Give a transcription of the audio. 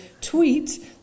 tweet